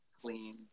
clean